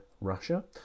Russia